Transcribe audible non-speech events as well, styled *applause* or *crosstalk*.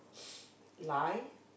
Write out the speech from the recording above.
*noise* lie